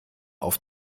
auf